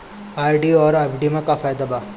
RD आउर FD के का फायदा बा?